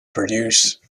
produce